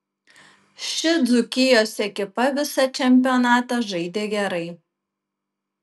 ši dzūkijos ekipa visą čempionatą žaidė gerai